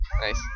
Nice